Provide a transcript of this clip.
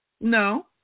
no